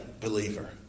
believer